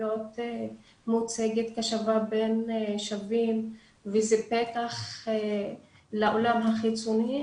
מוצגת כשווה בין שווים וזה פתח לעולם החיצוני,